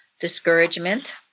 Discouragement